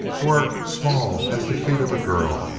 were small as the feet of a girl,